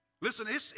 Listen